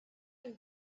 and